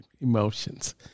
emotions